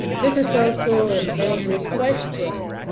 this is also a very good question.